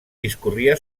discorria